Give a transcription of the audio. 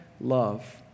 love